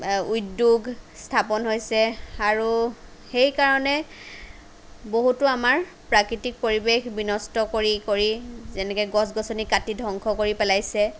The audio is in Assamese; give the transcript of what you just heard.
উদ্যোগ স্থাপন হৈছে আৰু সেইকাৰণে বহুতো আমাৰ প্ৰকৃতিক পৰিৱেশ বিনষ্ট কৰি কৰি যেনেকে গছ গছনি কাটি ধ্বংস কৰি পেলাইছে